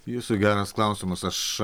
jūsų geras klausimas aš